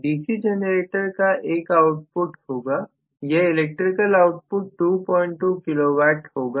DC generator का एक output होगा यह इलेक्ट्रिकल आउटपुट 22KW होगा